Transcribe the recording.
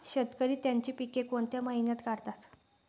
शेतकरी त्यांची पीके कोणत्या महिन्यात काढतात?